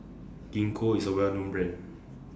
Gingko IS A Well known Brand